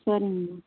சரிங்க